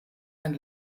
ein